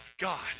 God